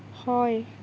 হয়